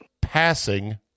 passing